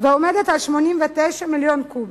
ועומדת על 89 מיליון קוב.